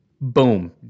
Boom